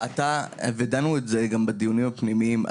דנו בזה גם בדיונים הפנימיים.